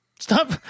Stop